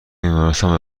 بیمارستان